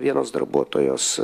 vienos darbuotojos